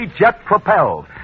jet-propelled